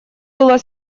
было